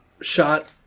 shot